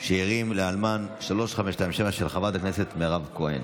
שאירים לאלמן), 3527, של חברת הכנסת מירב כהן.